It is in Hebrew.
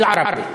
בערבית.